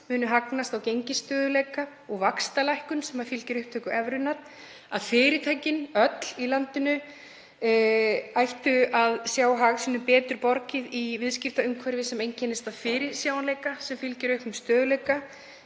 munu hagnast á gengisstöðugleika og vaxtalækkun sem fylgir upptöku evrunnar, að fyrirtækin öll í landinu ættu að sjá hag sínum betur borgið í viðskiptaumhverfi sem einkennist af fyrirsjáanleika sem fylgir auknum